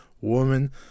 woman